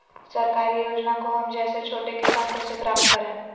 सरकारी योजना को हम जैसे छोटे किसान कैसे प्राप्त करें?